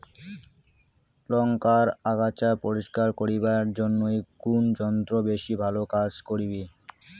লংকার আগাছা পরিস্কার করিবার জইন্যে কুন যন্ত্র বেশি ভালো কাজ করিবে?